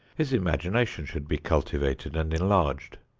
his imagination should be cultivated and enlarged.